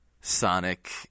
Sonic